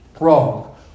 wrong